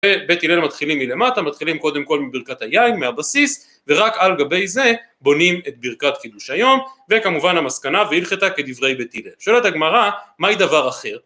בבית הילל מתחילים מלמטה, מתחילים קודם כל מברכת הים, מהבסיס ורק על גבי זה בונים את ברכת חידוש היום וכמובן המסקנה והלכת כדברי בבית הילל. שואלת הגמרא, מהי דבר אחר?